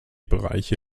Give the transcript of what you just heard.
bereiche